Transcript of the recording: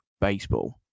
Baseball